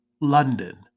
London